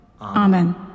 Amen